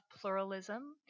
pluralism